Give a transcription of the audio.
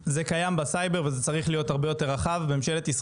ממשלת ישראל צריכה להגדיר מטרות ספציפיות ולהוציא את זה לשוק.